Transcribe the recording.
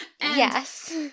Yes